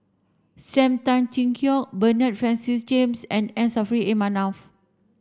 Sam Tan Chin Siong Bernard Francis James and M Saffri A Manaf